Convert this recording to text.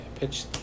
Pitch